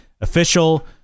official